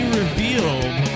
revealed